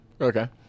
Okay